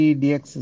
dx